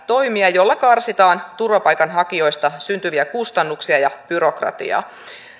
toimia joilla karsitaan turvapaikanhakijoista syntyviä kustannuksia ja byrokratiaa